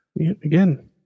again